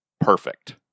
Perfect